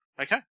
Okay